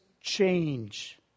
change